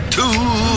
two